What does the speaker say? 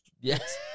Yes